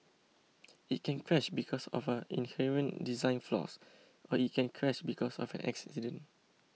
it can crash because of inherent design flaws or it can crash because of an accident